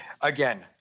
again